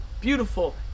beautiful